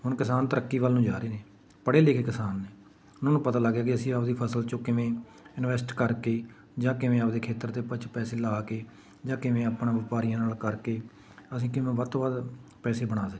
ਹੁਣ ਕਿਸਾਨ ਤਰੱਕੀ ਵੱਲ ਨੂੰ ਜਾ ਰਹੇ ਨੇ ਪੜ੍ਹੇ ਲਿਖੇ ਕਿਸਾਨ ਨੇ ਉਹਨਾਂ ਨੂੰ ਪਤਾ ਲੱਗ ਗਿਆ ਕਿ ਅਸੀਂ ਆਪਦੀ ਫਸਲ 'ਚੋਂ ਕਿਵੇਂ ਇਨਵੈਸਟ ਕਰਕੇ ਜਾਂ ਕਿਵੇਂ ਆਪਦੇ ਖੇਤਰ ਦੇ ਵਿੱਚ ਪੈਸੇ ਲਾ ਕੇ ਜਾਂ ਕਿਵੇਂ ਆਪਣਾ ਵਪਾਰੀਆਂ ਨਾਲ ਕਰਕੇ ਅਸੀਂ ਕਿਵੇਂ ਵੱਧ ਤੋਂ ਵੱਧ ਪੈਸੇ ਬਣਾ ਸਕੀਏ